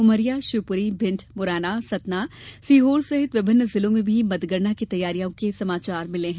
उमरिया शिवपुरी भिंड मुरैना सतना सीहोर सहित विभिन्न जिलों से भी मतगणना की तैयारियों के समाचार मिले हैं